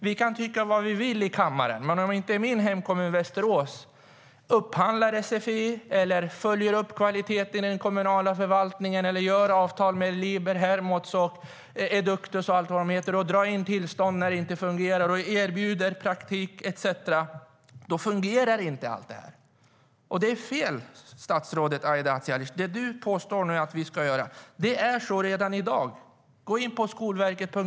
Vi kan tycka vad vi vill i kammaren, men om inte min hemkommun Västerås upphandlar sfi eller följer upp kvaliteten i den kommunala förvaltningen eller gör avtal med Liber, Hermods, Eductus och allt vad de heter och drar in tillstånd när det inte fungerar och erbjuder praktik etcetera, då fungerar inte allt detta. Det är fel, statsrådet Aida Hadzialic. Det som du nu påstår att vi ska göra finns redan i dag. Gå in på skolverket.se.